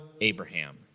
abraham